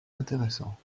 intéressant